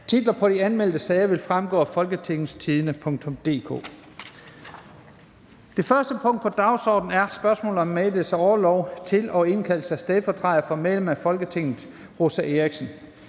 Titler på de anmeldte sager vil fremgå af www.folketingstidende.dk (jf. ovenfor). --- Det første punkt på dagsordenen er: 1) Spørgsmål om meddelelse af orlov til og indkaldelse af stedfortræder for medlem af Folketinget Rosa Eriksen